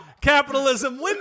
Capitalism